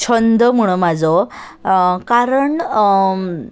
छंद म्हणून म्हजो कारण